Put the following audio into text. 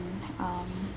and um